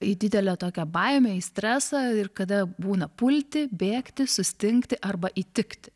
į didelę tokią baimę į stresą ir kada būna pulti bėgti sustingti arba įtikti